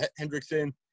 Hendrickson